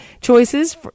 choices